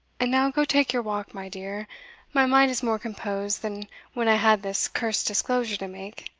and now go take your walk, my dear my mind is more composed than when i had this cursed disclosure to make.